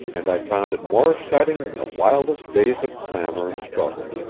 and i found it more exciting than the wildest days of clamor and struggle.